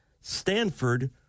stanford